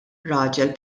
raġel